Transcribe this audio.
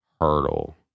hurdle